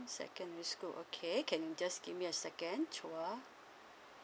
secondary school okay can you just give me a second chua